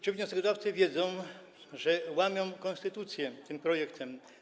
Czy wnioskodawcy wiedzą, że łamią konstytucję tym projektem?